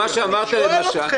אתם מבורכים.